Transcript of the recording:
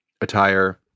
attire